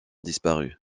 disparue